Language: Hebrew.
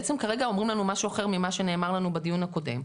בעצם כרגע אומרים לנו משהו אחר ממה שנאמר לנו בדיון הקודם.